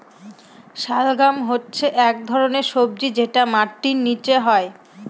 শালগাম হচ্ছে এক ধরনের সবজি যেটা মাটির নীচে হয়